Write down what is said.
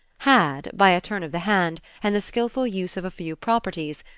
had, by a turn of the hand, and the skilful use of a few properties,